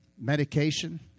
medication